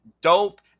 dope